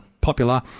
popular